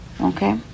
okay